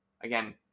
again